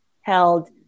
held